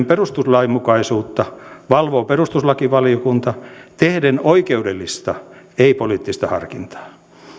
perustuslainmukaisuutta valvoo perustuslakivaliokunta tehden oikeudellista ei poliittista harkintaa